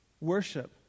worship